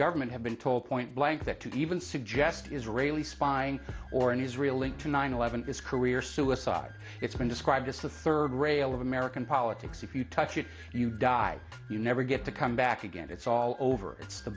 government have been told point blank that to even suggest israeli spying or an israel link to nine eleven is career suicide it's been described as the third rail of american politics if you touch it you die you never get to come back again it's all over the